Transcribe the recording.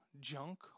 junk